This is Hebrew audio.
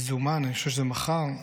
אני חושב שזה מחר,